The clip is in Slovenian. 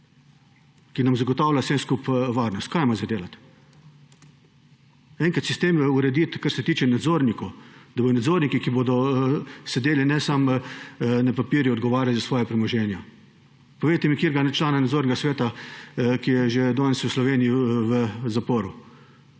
ki nam zagotavlja vsem skupaj varnost? Kaj ima za delati? Enkrat sistem urediti, kar se tiče nadzornikov, da bodo nadzorniki, ki bodo sedeli ne samo na papirju, odgovarjali za svoja premoženja. Povejte mi enega člana nadzornega sveta, ki je že danes v Sloveniji v zaporu?